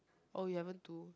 oh you haven't do